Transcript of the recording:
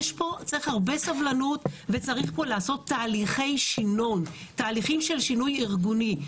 צריך הרבה סבלנות וצריך לעשות פה תהליכים של שינוי ארגוני.